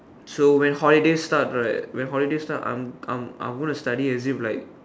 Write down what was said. so when holiday starts right when holiday start I'm I'm I'm gonna study as if like